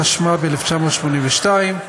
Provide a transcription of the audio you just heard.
התשמ"ב 1982,